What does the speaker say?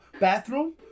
bathroom